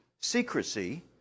secrecy